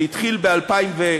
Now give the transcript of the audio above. זה התחיל ב-2010,